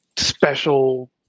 Special